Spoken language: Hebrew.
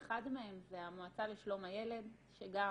ואחד מהם זה המועצה לשלום הילד שגם